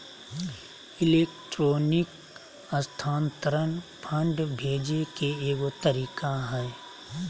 electronic स्थानान्तरण fund भेजे के एगो तरीका हइ